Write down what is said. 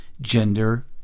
gender